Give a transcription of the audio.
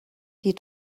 die